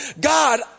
God